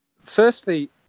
firstly